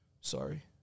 Sorry